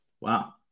Wow